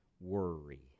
worry